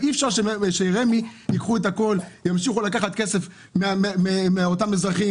אי אפשר שרמ"י ייקחו את הכול וימשיכו לקחת כסף מאותם אזרחים,